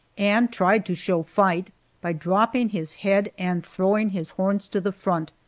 and tried to show fight by dropping his head and throwing his horns to the front,